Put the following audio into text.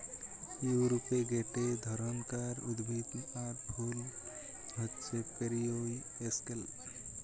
ইউরোপে গটে ধরণকার উদ্ভিদ আর ফুল হচ্ছে পেরিউইঙ্কেল